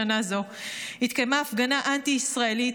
במאי בשנה זו התקיימה הפגנה אנטי-ישראלית